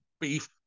beef